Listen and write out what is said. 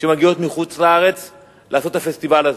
שמגיעות מחוץ-לארץ לעשות את הפסטיבל הזה,